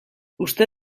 uste